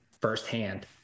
firsthand